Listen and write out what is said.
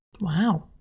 Wow